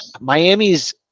Miami's